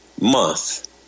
month